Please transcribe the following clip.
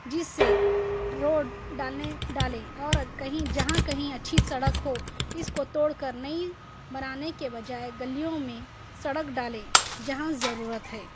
جس سے روڈ ڈالنے ڈالیں اور کہیں جہاں کہیں اچھی سڑک ہو اِس کو توڑ کر نئی بنانے کے بجائے گلیوں میں سڑک ڈالیں جہاں ضرورت ہے